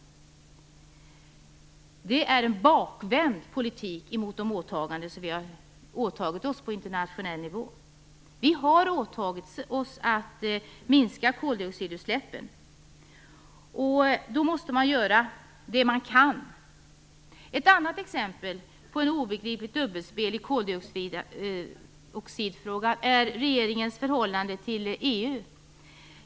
Det är en bakvänd politik med hänsyn till de åtaganden som vi har gjort på internationell nivå. Vi har åtagit oss att minska koldioxidutsläppen, och då måste man göra det man kan. Ett annat exempel på ett obegripligt dubbelspel i koldioxidfrågan är regeringens förhållande till EU.